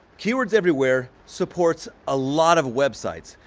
keywords everywhere supports a lot of websites.